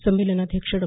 संमेलनाध्यक्ष डॉ